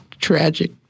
tragic